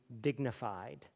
dignified